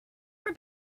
for